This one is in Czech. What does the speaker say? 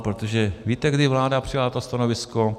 Protože víte, kdy vláda přijala to stanovisko?